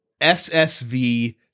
SSV